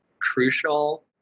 crucial